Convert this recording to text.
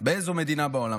באיזו מדינה בעולם,